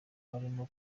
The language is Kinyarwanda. barimo